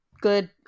good